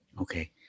Okay